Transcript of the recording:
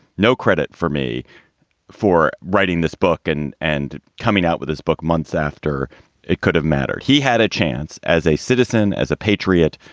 no credit for me for writing this book. and and coming out with his book months after it could have mattered. he had a chance as a citizen, as a patriot,